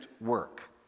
work